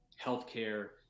healthcare